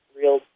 real